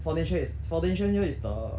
foundation is foundation year is the